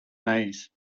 maize